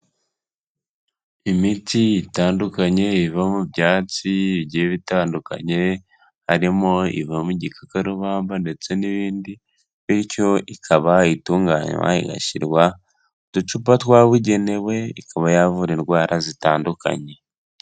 Imiti itandukanye iva mu byatsi bigiye bitandukanye harimo ivamo migikakarubamba ndetse n'ibindi, bityo ikabayitunganywa igashyirwa uducupa twabugenewe ikaba yavura indwara zitandukanye.